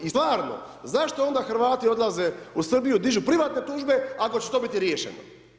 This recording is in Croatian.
I stvarno zašto onda Hrvati odlaze u Srbiju dižu privatne tužbe ako će to biti riješeno.